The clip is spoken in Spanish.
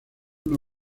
una